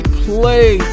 play